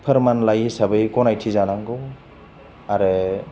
फोरमानलाइ हिसाबै गनायथि जानांगौ आरो